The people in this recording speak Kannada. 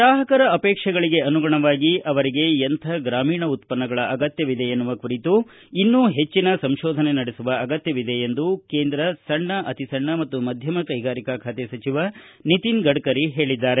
ಗ್ರಾಹಕರ ಅಪೇಕ್ಷೆಗಳಿಗೆ ಅನುಗುಣವಾಗಿ ಅವರಿಗೆ ಎಂಥ ಗ್ರಾಮೀಣ ಉತ್ಪನ್ನಗಳ ಅಗತ್ಯವಿದೆ ಎನ್ನುವ ಕುರಿತು ಇನ್ನೂ ಹೆಚ್ಚಿನ ಸಂಶೋಧನೆ ನಡೆಸುವ ಅಗತ್ಯವಿದೆ ಎಂದು ಕೇಂದ್ರ ಸಣ್ಣ ಅತೀ ಸಣ್ಣ ಮತ್ತು ಮಧ್ದಮ ಕೈಗಾರಿಕಾ ಖಾತೆ ಸಚಿವ ನಿತಿನ್ ಗಡ್ಕರಿ ಹೇಳಿದ್ದಾರೆ